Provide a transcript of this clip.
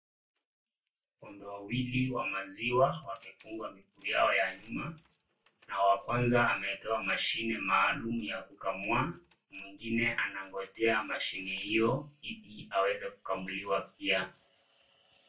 Ng'ombe wawili wa maziwa wamefugwa miguu yao ya nyuma na wa kwaza amewekewa mashini maalum ya kukamua, mwingine anagonjea mashini hiyo ili aweze kukamuliwa pia.